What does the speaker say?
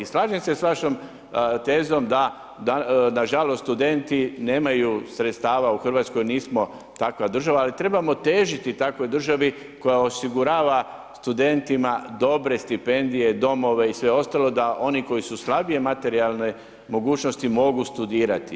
I slažem se sa vašom tezom da nažalost studenti nemaju sredstava u Hrvatskoj nismo takva država ali trebamo težiti takvoj državi koja osigurava studentima dobre stipendije, domove i sve ostalo da oni koji su slabije materijalne mogućnosti mogu studirati.